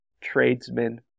tradesmen